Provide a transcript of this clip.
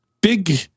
big